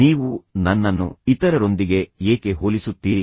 ನೀವು ನನ್ನನ್ನು ಇತರರೊಂದಿಗೆ ಏಕೆ ಹೋಲಿಸುತ್ತೀರಿ